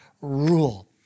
rule